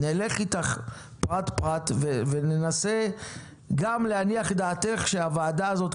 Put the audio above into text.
נלך איתך פרט פרט וננסה גם להניח את דעתך שהוועדה הזאת,